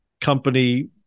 company